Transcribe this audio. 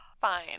Fine